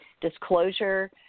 disclosure